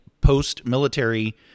post-military